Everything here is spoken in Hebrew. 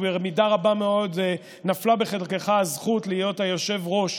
ובמידה רבה מאוד נפלה בחלקך הזכות להיות היושב-ראש